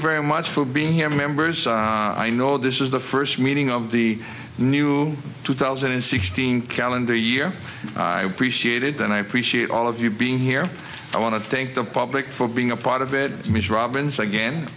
very much for being here members i know this is the first meeting of the new two thousand and sixteen calendar year i appreciate it and i appreciate all of you being here i want to thank the public for being a part of it ms robinson again